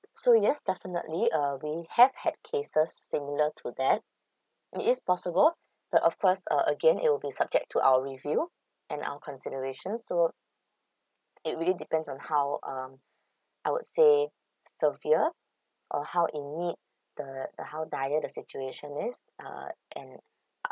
so yes definitely uh we have had cases similar to that it is possible but of course uh again it will be subject to our review and our consideration so it really depends on how um I would say severe or how in need the the how dire the situation is uh and uh